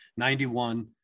91